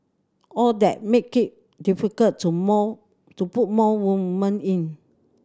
all that made difficult to more to put more women in